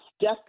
death